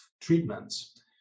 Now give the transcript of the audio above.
treatments